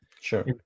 Sure